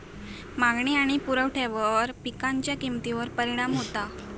मागणी आणि पुरवठ्यावर पिकांच्या किमतीवर परिणाम होता